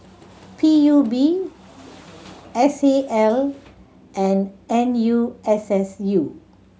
P U B S A L and N U S S U